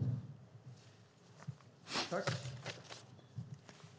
Då Arhe Hamednaca som framställt interpellation 382 och Peter Rådberg som framställt interpellation 385 anmält att de var förhindrade att närvara vid sammanträdet medgav talmannen att Katarina Köhler fick ta emot svaret även på Arhe Hamednacas interpellation och att Valter Mutt fick delta i överläggningen i stället för Peter Rådberg.